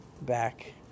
back